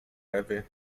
ewy